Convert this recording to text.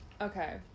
okay